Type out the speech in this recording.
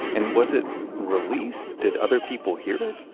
and was it released? did other people hear it?